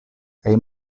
kaj